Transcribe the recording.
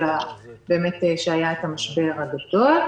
כשהיה המשבר הגדול.